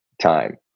time